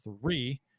three